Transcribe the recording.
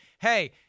hey